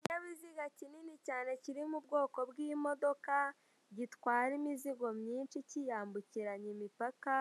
Ikinyabiziga kinini cyane kiri mu bwoko bw'imodoka gitwara imizigo myinshi kiyambukiranya imipaka